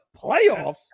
Playoffs